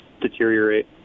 deteriorate